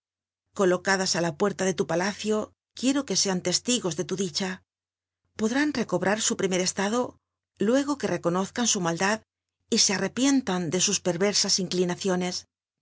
colocadas á la puerta de tu palacio quiero que sean testigos de tu dicha podrún recobrar su primer estado luego que reco nozcan su maldad y se arrepientan de sus